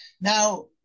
Now